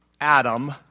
Adam